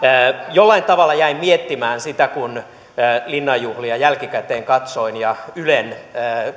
jollain tavalla jäin miettimään sitä kun linnan juhlia jälkikäteen katsoin ja ylen